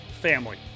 family